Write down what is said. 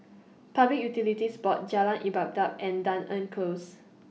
Public Utilities Board Jalan Ibadat and Dunearn Close